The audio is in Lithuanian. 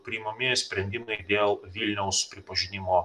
priimami sprendimai dėl vilniaus pripažinimo